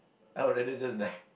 I'd rather just die